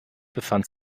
befand